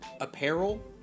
apparel